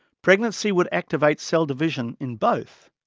pregnancy would activate cell division in both,